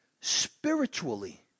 spiritually